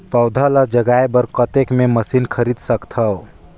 पौधा ल जगाय बर कतेक मे मशीन खरीद सकथव?